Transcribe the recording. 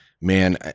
man